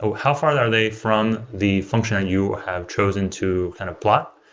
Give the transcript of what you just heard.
how far are they from the function you have chosen to kind of plot?